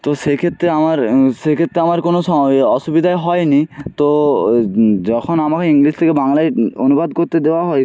তো সেক্ষেত্রে আমার সেক্ষেত্রে আমার কোনো স অসুবিধাই হয় নি তো যখন আমাকে ইংলিশ থেকে বাংলায় অনুবাদ করতে দেওয়া হয়